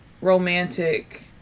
romantic